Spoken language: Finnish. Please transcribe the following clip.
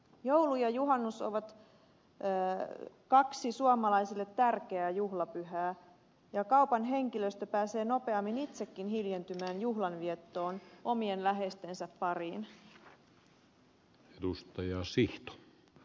joulu ja juhannus ovat kaksi suomalaisille tärkeää juhlapyhää ja kaupan henkilöstö pääsee nopeammin itsekin hiljentymään juhlanviettoon omien läheistensä pariin